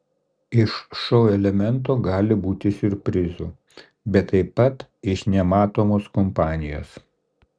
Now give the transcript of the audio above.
iš šou elemento gali būti siurprizų bet taip pat iš nematomos kampanijos